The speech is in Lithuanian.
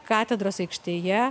katedros aikštėje